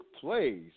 plays